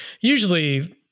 usually